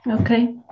Okay